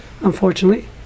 unfortunately